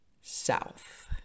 south